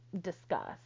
discuss